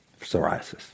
psoriasis